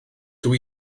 dydw